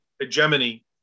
hegemony